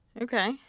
okay